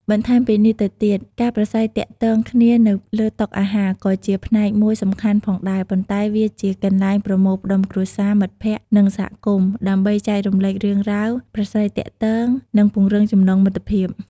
បន្ថែមពីនេះទៅទៀត ការប្រាស្រ័យទាក់ទងគ្នានៅលើតុអាហារក៏ជាផ្នែកមួយសំខាន់ផងដែរ ប៉ុន្តែវាជា កន្លែងប្រមូលផ្តុំគ្រួសារ មិត្តភ័ក្តិ និងសហគមន៍ ដើម្បីចែករំលែករឿងរ៉ាវ ប្រាស្រ័យទាក់ទង និងពង្រឹងចំណងមិត្តភាព។